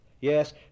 Yes